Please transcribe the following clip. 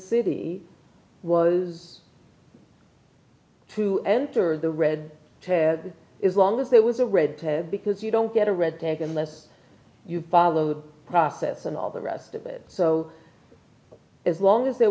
city was to enter the red is long as there was a red because you don't get a red tag unless you've followed process and all the rest of it so as long as there